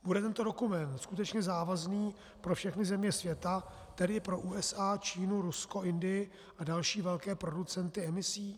Bude tento dokument skutečně závazný pro všechny země světa, tedy i pro USA, Čínu, Rusko, Indii a další velké producenty emisí?